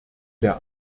der